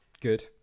Good